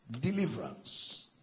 deliverance